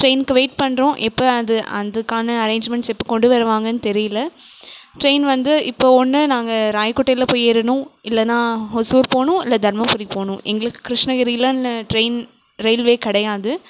டிரெயின்க்கு wait பண்ணுறோம் எப்போ அது அதுக்கான அரேஞ்ச்மெண்ட்ஸ் எப்போ கொண்டு வருவாங்கன்னு தெரியலை டிரெயின் வந்து இப்போ ஒன்று நாங்கள் ராயகோட்டையில் போய் ஏறனும் இல்லைன்னா ஒசூர் போவணும் இல்லை தர்மபுரி போவணும் எங்களுக்கு கிருஷ்ணகிரிலாம் இல்லை டிரெயின் ரெயில்வே கிடையாது